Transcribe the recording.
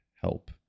help